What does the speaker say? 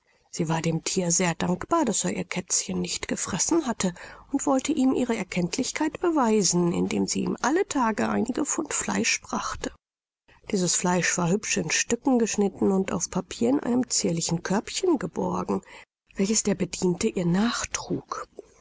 sie war dem thier sehr dankbar daß er ihr kätzchen nicht gefressen hatte und wollte ihm ihre erkenntlichkeit beweisen indem sie ihm alle tage einige pfund fleisch brachte dieses fleisch war hübsch in stücken geschnitten und auf papier in einem zierlichen körbchen geborgen welches der bediente ihr nachtrug